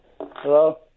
Hello